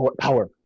power